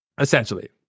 essentially